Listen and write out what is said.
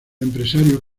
empresarios